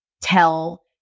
tell